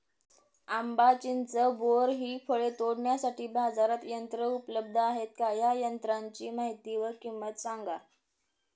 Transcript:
आंबा, चिंच, बोर हि फळे तोडण्यासाठी बाजारात यंत्र उपलब्ध आहेत का? या यंत्रांची माहिती व किंमत सांगा?